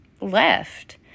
left